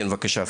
כן, בבקשה.